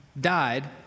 died